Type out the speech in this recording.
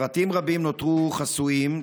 פרטים רבים נותרו חסויים,